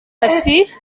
ati